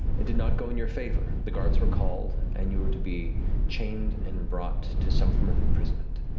it did not go in your favor. the guards were called and you were to be chained and brought to some form of imprisonment.